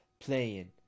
playing